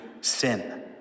sin